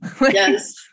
Yes